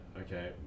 okay